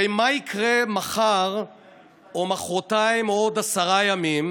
הרי מה יקרה מחר או מוחרתיים או עוד עשרה ימים,